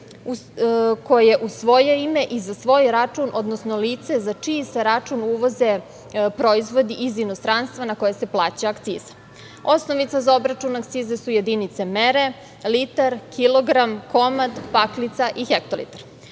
koje u svoje ime i za svoj račun, odnosno lice za čiji se račun uvoze proizvodi iz inostranstva, na koje se plaća akciza. Osnovica za obračun akciza su jedinice mere – litar, kilogram, komad, paklica i hektolitar. Akcizama